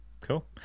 cool